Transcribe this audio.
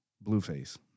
Blueface